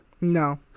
No